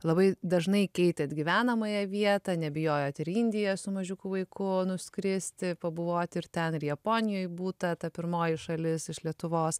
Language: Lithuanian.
labai dažnai keitėt gyvenamąją vietą nebijojot ir į indiją su mažiuku vaiku nuskristi pabuvoti ir ten ir japonijoj būta ta pirmoji šalis iš lietuvos